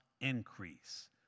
increase